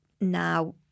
now